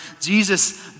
Jesus